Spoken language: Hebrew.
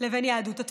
לבין יהדות התפוצות.